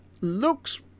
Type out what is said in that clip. looks